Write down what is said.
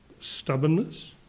Stubbornness